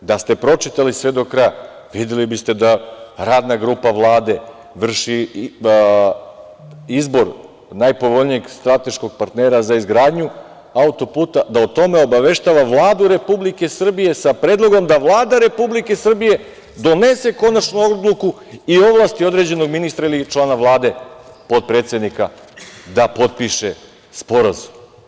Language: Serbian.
Da ste pročitali sve do kraja, videli biste da radna grupa Vlade vrši izbor najpovoljnijeg strateškog partnera za izgradnju autoputa, da o tome obaveštava Vladu Republike Srbije, sa predlogom da Vlada Republike Srbije donese konačnu odluku i ovlasti određenog ministra ili člana Vlade, potpredsednika da potpiše sporazum.